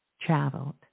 traveled